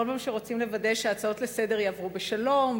בכל פעם כשרוצים לוודא שהצעות לסדר-היום יעברו בשלום,